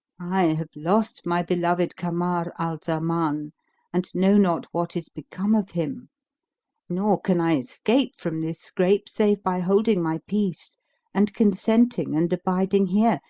i have lost my beloved kamar al-zaman and know not what is become of him nor can i escape from this scrape save by holding my peace and consenting and abiding here,